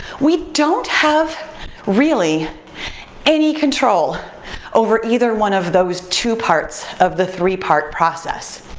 we don't have really any control over either one of those two parts of the three-part process.